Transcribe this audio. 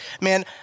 Man